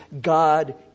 God